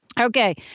Okay